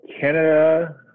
Canada